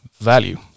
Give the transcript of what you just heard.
value